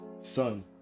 son